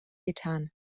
getan